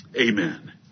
Amen